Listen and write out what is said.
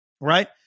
Right